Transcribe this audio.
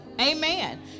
Amen